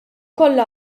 kollha